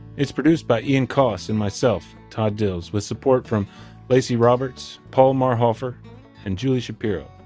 it's produced by ian coss and myself todd dills with support from lacy roberts, paul marhoefer and julie shapiro.